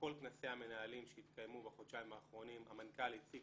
בכל כנסי המנהלים שהתקיימו בחודשיים האחרונים המנכ"ל הציג